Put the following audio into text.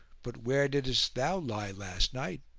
but where diddest thou lie last night?